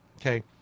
Okay